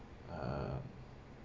uh